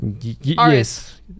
Yes